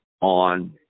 on